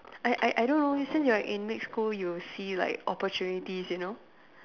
I I I don't know since you're in mixed school you see like opportunities you know